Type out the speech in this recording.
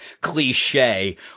cliche